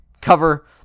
cover